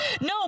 no